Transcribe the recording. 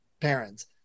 parents